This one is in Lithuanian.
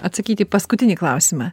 atsakyti į paskutinį klausimą